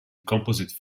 composite